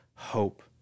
hope